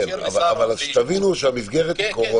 כן, אבל תבינו שהמסגרת היא קורונה.